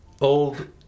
old